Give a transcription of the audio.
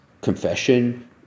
confession